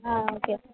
okay